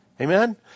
Amen